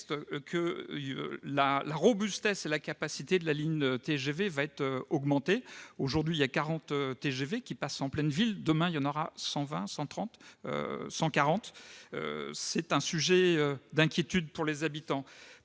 que la robustesse et la capacité de la ligne TGV seront augmentées. Aujourd'hui, 40 TGV passent en pleine ville ; demain, il y en aura 120, 130 ou 140 ... C'est un sujet d'inquiétude pour les habitants.